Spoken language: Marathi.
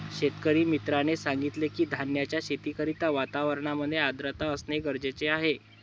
शेतकरी मित्राने सांगितलं की, धान्याच्या शेती करिता वातावरणामध्ये आर्द्रता असणे गरजेचे आहे